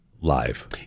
live